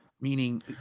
meaning